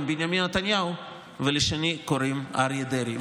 בנימין נתניהו ולשני קוראים אריה דרעי.